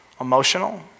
Emotional